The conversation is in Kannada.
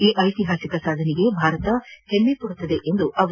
ಈ ಐತಿಹಾಸಿಕ ಸಾಧನೆಗೆ ಭಾರತ ಹೆಮ್ಮೆ ಪಡುತ್ತದೆ ಎಂದರು